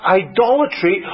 idolatry